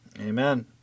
Amen